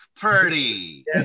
Purdy